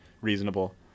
reasonable